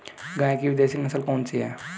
गाय की विदेशी नस्ल कौन सी है?